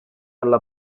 alla